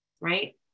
right